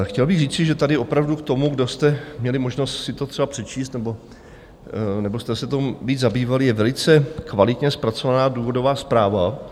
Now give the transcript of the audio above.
Chtěl bych říci, že tady k tomu, kdo jste měli možnost si to třeba přečíst nebo jste se tím víc zabývali, je velice kvalitně zpracovaná důvodová zpráva.